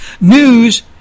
news